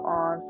on